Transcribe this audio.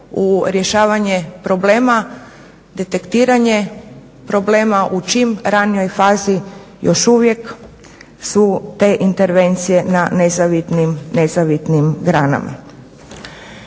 u rješavanje problema, detektiranje problema u čim ranijoj fazi još uvijek su te intervencije na nezavidnim granama.